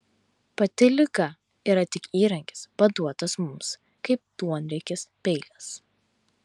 pati liga yra tik įrankis paduotas mums kaip duonriekis peilis